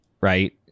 right